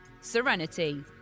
Serenity